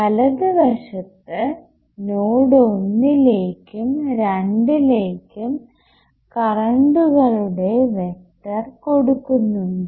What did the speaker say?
വലതുവശത്ത് നോഡ് ഒന്നിലേക്കും രണ്ടിലേക്കും കറണ്ടുകളുടെ വെക്ടർ കൊടുക്കുന്നുണ്ട്